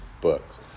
books